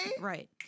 Right